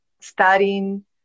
studying